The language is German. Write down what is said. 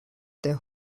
der